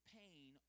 pain